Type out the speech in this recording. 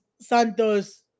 Santos